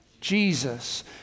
Jesus